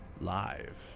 live